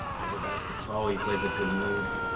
bad oh he plays a good move